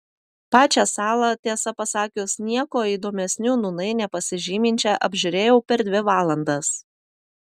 pačią salą tiesą pasakius niekuo įdomesniu nūnai nepasižyminčią apžiūrėjau per dvi valandas